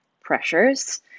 pressures